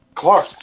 Clark